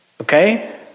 Okay